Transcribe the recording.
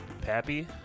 Pappy